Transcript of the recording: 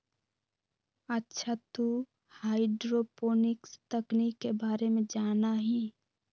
अच्छा तू हाईड्रोपोनिक्स तकनीक के बारे में जाना हीं?